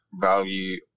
value